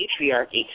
patriarchy